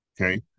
Okay